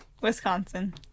Wisconsin